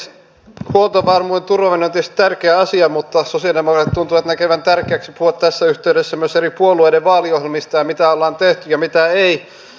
huoltovarmuuden turvaaminen on tietysti tärkeä asia mutta sosialidemokraatit tuntuvat näkevän tärkeäksi puhua tässä yhteydessä myös eri puolueiden vaaliohjelmista ja siitä mitä ollaan tehty ja mitä ei